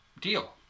deal